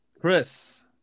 chris